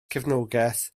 cefnogaeth